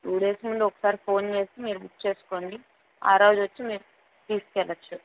two days ముందు ఒకసారి phone చేసి మీరు బుక్ చేసుకోండి ఆ రోజు వచ్చి మీరు తీసుకెళ్ళ వచ్చు